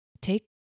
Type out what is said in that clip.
take